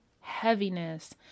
heaviness